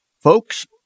Folks